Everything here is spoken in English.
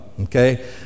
okay